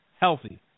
healthy